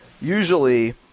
usually